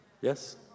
Yes